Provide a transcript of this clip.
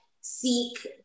seek